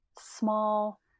small